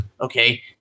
okay